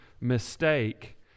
mistake